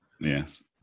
yes